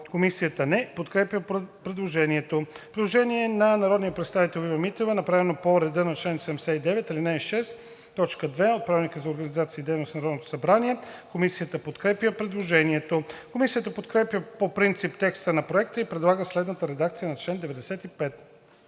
Комисията не подкрепя предложението. Предложение на народния представител Ива Митева, направено по реда на чл. 79, ал. 6, т. 2 от Правилника за организацията и дейността на Народното събрание. Комисията подкрепя предложението. Комисията подкрепя по принцип текста на Проекта и предлага следната редакция на чл. 95: